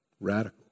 Radical